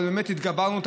אבל תמיד התגברנו,